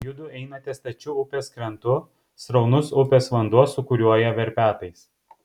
judu einate stačiu upės krantu sraunus upės vanduo sūkuriuoja verpetais